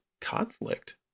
conflict